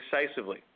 decisively